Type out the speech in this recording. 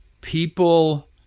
people